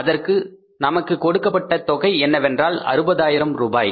அதற்கு நமக்கு கொடுக்கப்பட்ட தொகை என்னவென்றால் 60 ஆயிரம் ரூபாய்